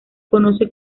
conoce